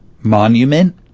monument